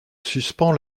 suspends